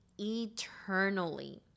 eternally